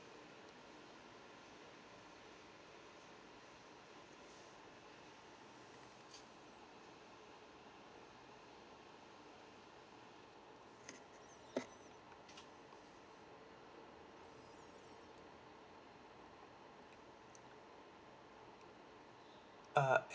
uh